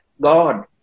God